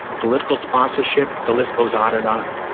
political sponsorship. the list goes on and on.